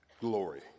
glory